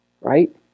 Right